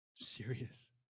Serious